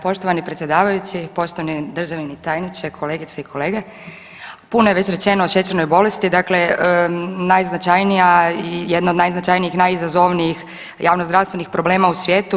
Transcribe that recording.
Poštovani predsjedavajući, poštovani državni tajniče, kolegice i kolege, puno je već rečeno o šećernoj bolesti, dakle najznačajnija, jedna od najznačajnijih, najizazovnijih javnozdravstvenih problema u svijetu.